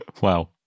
Wow